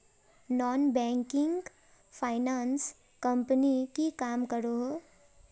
Non banking finance company की काम करोहो?